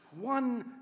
one